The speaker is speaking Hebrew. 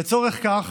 לצורך כך